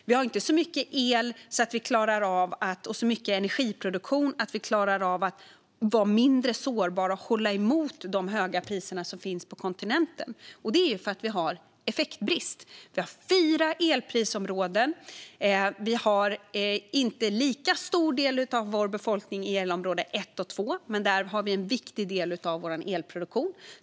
Vi har inte så mycket el och energiproduktion att vi klarar av att vara mindre sårbara och hålla emot de höga priser som finns på kontinenten. Det är för att vi har effektbrist. Vi har fyra elprisområden. Vi har inte lika stor del av vår befolkning i elområde 1 och 2. Men där har vi en viktig del av vår elproduktion.